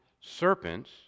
serpents